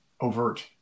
overt